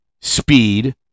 speed